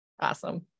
Awesome